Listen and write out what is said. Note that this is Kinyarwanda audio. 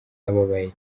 ababaye